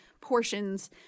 portions